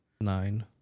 Nine